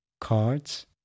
cards